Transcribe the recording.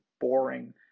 boring